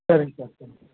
சரிங்க சார் சரிங்க